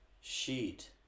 sheet